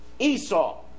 Esau